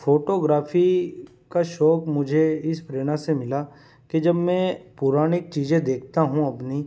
photography का शौक मुझे इस प्रेरणा से मिला कि जब मैं पुरानी चीजें देखता हूँ अपनी